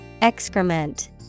excrement